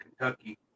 Kentucky